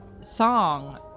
Song